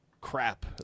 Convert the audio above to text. crap